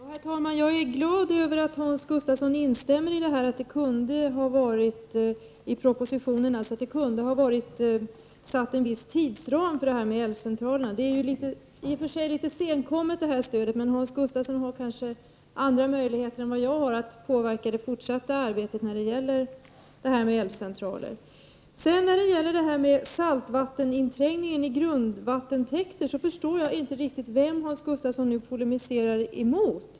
Herr talman! Jag är glad över att Hans Gustafsson instämmer i att det i propositionen kunde ha satts en viss tidsram för inrättandet av älvcentraler. Detta stöd är i och för sig litet senkommet, men Hans Gustafsson har kanske andra möjligheter än vad jag har att påverka det fortsatta arbetet i fråga om 107 älvcentraler. När det gäller saltvatteninträngningen i grundvattentäkter förstår jag inte riktigt vem Hans Gustafsson polemiserar emot.